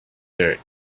their